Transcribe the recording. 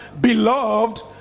Beloved